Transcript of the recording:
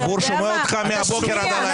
הציבור שומע אותך מהבוקר עד הלילה, אל תדאג.